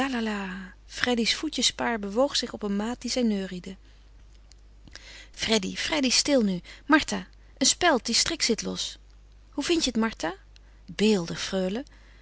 freddy's voetjespaar bewoog zich op een maat die zij neuriede freddy freddy stil nu martha een speld die strik zit los hoe vindt je het martha beeldig